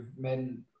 men